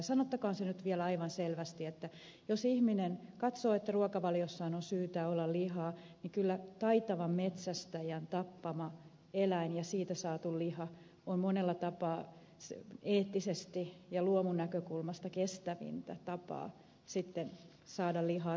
sanottakoon se nyt vielä aivan selvästi että jos ihminen katsoo että ruokavaliossaan on syytä olla lihaa niin kyllä taitavan metsästäjän tappama eläin ja siitä saatu liha on monella tapaa eettisesti ja luomunäkökulmasta kestävintä tapaa sitten saada lihaa syötäväkseen